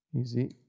Easy